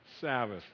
Sabbath